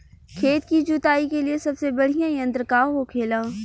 खेत की जुताई के लिए सबसे बढ़ियां यंत्र का होखेला?